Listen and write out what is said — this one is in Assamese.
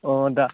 অঁ দা